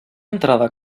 entrada